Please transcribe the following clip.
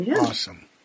Awesome